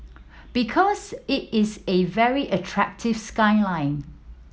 because it is a very attractive skyline